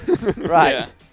Right